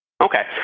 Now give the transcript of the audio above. Okay